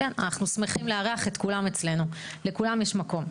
אנחנו שמחים לארח את כולם אצלנו, לכולם יש מקום.